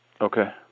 Okay